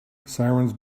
sirens